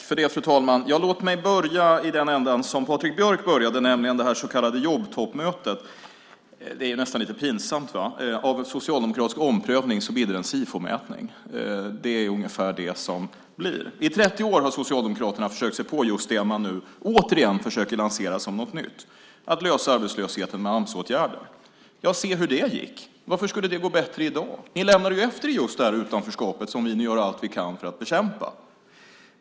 Fru talman! Låt mig börja i den ända som Patrik Björck började, nämligen med det så kallade jobbtoppmötet. Det är nästan lite pinsamt. Av en socialdemokratisk omprövning bidde det en Sifomätning. Det är ungefär vad det blir. I 30 år har Socialdemokraterna försökt sig på just det man nu återigen försöker lansera som något nytt, att lösa arbetslösheten med Amsåtgärder. Se hur det gick! Varför skulle det gå bättre i dag? Ni lämnade ju efter er just det utanförskap som vi nu gör allt vi kan för att bekämpa.